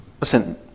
Listen